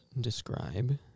describe